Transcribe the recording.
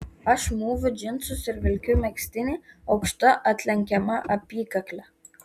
aš mūviu džinsus ir vilkiu megztinį aukšta atlenkiama apykakle